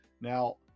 Now